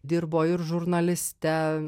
dirbo ir žurnaliste